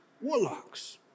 warlocks